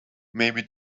maybe